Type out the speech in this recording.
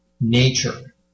nature